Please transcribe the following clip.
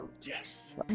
Yes